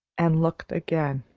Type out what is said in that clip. and looked again.